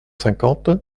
cinquante